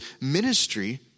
ministry